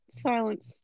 Silence